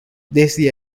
desde